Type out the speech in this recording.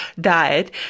diet